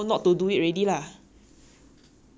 yeah that's how we all learn when we were like ten eleven years old